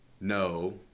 no